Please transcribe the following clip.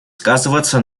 сказываться